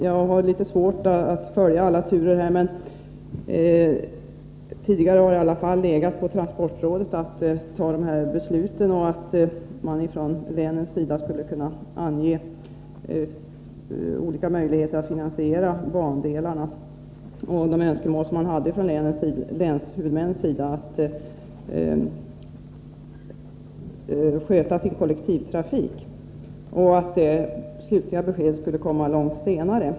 Jag har litet svårt att följa alla turer här, men tidigare har det i alla fall legat på transportrådet att ta de här besluten. Länshuvudmännen skulle kunna ange olika möjligheter att finansiera bandelarna och framföra sina önskemål beträffande kollektivtrafiken, medan det slutliga beskedet skulle komma långt senare.